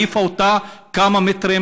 העיפה אותה כמה מטרים